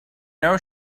know